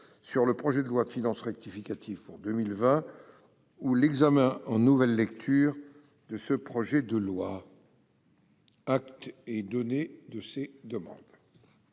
sur le projet de loi de finances rectificative pour 2020 ou l'examen en nouvelle lecture de ce projet de loi. Acte est donné de ces demandes.